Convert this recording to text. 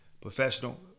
professional